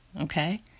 Okay